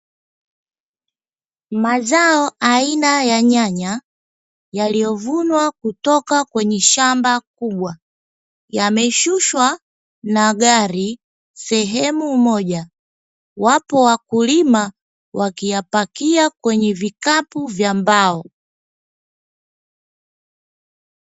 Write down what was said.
Mazao aina ya nyanya yaliyovunwa kutoka kwenye shamba kubwa, yameshushwa na gari sehemu moja. Wapo wakulima wakiyapakia kwenye vikapu vya mbao.